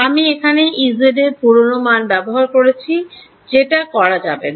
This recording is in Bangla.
আমি এখানে Ezএর পুরনো মান ব্যবহার করেছি যেটা করা যাবে না